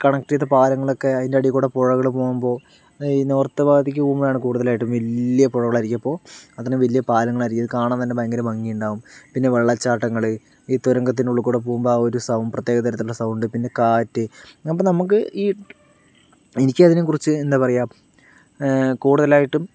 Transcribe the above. connect ചെയ്ത പാലങ്ങളൊക്കെ അതിൻ്റെ അടിയിൽ കൂടെ പുഴകള് പോകുമ്പോൾ ഈ നോർത്ത് ഭാഗത്തേക്ക് പോകുമ്പോഴാണ് കൂടുതലായിട്ടും വലിയ പുഴകളായിരിക്കും അപ്പോൾ അതിന് വലിയ പാലങ്ങളായിരിക്കും അത് കാണാൻ തന്നെ ഭയങ്കര ഭംഗിയുണ്ടാകും പിന്നെ വെള്ളച്ചാട്ടങ്ങള് ഈ തുരങ്കത്തിൻ്റെ ഉള്ളിൽ കൂടിപോകുമ്പോൾ ആ ഒരു സൗ പ്രത്യേക തരത്തിലുള്ള സൗണ്ട് പിന്നെ കാറ്റ് അപ്പോൾ നമുക്ക് ഈ എനിക്ക് അതിനെ കുറിച്ച് എന്താ പറയുക കൂടുതലായിട്ടും